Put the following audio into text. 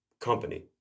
company